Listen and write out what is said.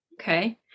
Okay